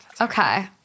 Okay